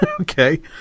Okay